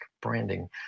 branding